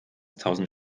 tausend